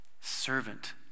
Servant